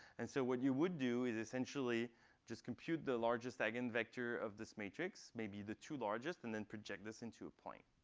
and so what you would do is essentially just compute the largest eigenvector of this matrix maybe the two largest and then project this into a plane.